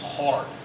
hard